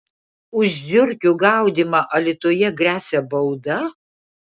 už žiurkių gaudymą alytuje gresia bauda